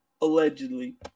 Allegedly